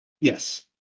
Yes